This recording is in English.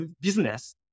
business